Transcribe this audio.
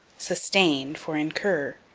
sustain for incur.